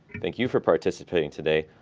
thank you for participating today.